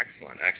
Excellent